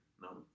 No